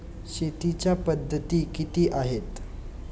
शेतीच्या पद्धती किती आहेत?